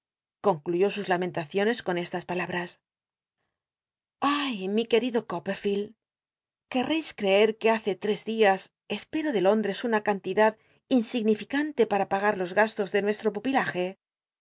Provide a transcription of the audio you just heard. concluyó sus lamenta ciones con estas palabras ay mi qucritlo coppel'field qu cn cis crccr ue hace lles días espero de lóndres una cantidad in ignificantc para pagar los gastos de nuesllo pupilaje